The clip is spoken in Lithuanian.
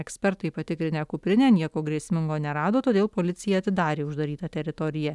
ekspertai patikrinę kuprinę nieko grėsmingo nerado todėl policija atidarė uždarytą teritoriją